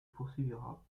poursuivra